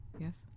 Yes